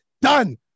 done